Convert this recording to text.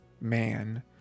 man